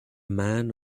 man